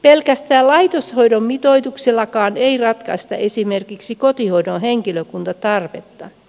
pelkästään laitoshoidon mitoituksellakaan ei ratkaista esimerkiksi kotihoidon henkilökuntatarvetta